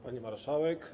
Pani Marszałek!